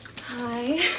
Hi